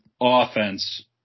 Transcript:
offense